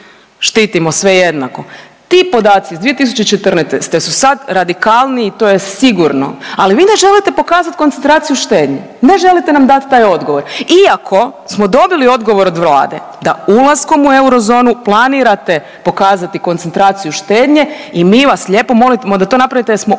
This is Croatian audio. štitimo sve jednako. Ti podaci iz 2014. su sad radikalniji to je sigurno, ali vi ne želite pokazat koncentraciju štednje, ne želite nam dat taj odgovor iako smo dobili odgovor od Vlade da ulaskom u eurozonu planirate pokazati koncentraciju štednje i mi vas lijepo molimo da to napravite jel smo ušli,